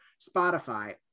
Spotify